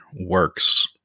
works